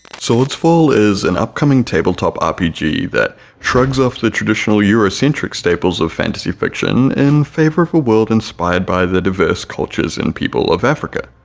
swordsfall is an upcoming tabletop rpg that shrugs off the traditional eurocentric staples of fantasy fiction in favor of a world inspired by the diverse cultures and people of africa,